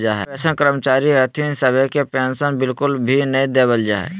ढेरो अइसन कर्मचारी हथिन सभे के पेन्शन बिल्कुल भी नय देवल जा हय